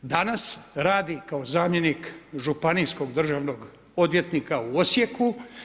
Danas radi kao zamjenik županijskog državnog odvjetnika u Osijeku.